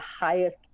highest